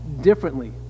differently